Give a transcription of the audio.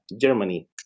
Germany